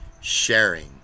sharing